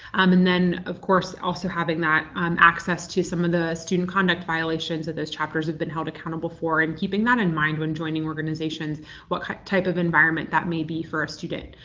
um and then of course also having that um access to some of the student conduct violations of those chapters have been held accountable for and keeping that in mind when joining organizations what type of environment that may be for a student.